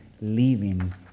living